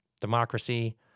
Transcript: Democracy